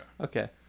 Okay